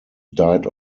died